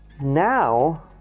Now